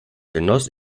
genoss